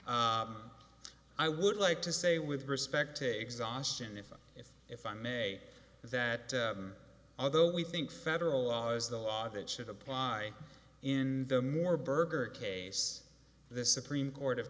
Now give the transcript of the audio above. i would like to say with respect to exhaustion if if if i may that although we think federal laws the law that should apply in the more berger case the supreme court